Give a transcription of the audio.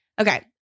Okay